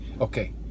okay